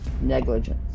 negligence